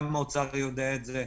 גם האוצר יודע את זה,